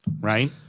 Right